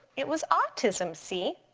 it was autism see.